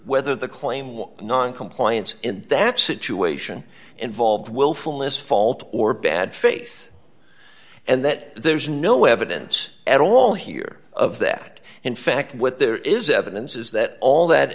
whether the claim was noncompliance in that situation involved willfulness fault or bad face and that there's no evidence at all here of that in fact what there is evidence is that all that